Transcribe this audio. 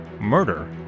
Murder